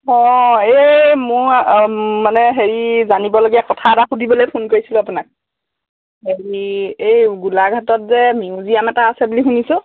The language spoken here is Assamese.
অঁ এই মই মানে হেৰি জানিবলগীয়া কথা এটা সুধিবলৈ ফোন কৰিছিলোঁ আপোনাক হেৰি এই গোলাঘাটত যে মিউজিয়াম এটা আছে বুলি শুনিছোঁ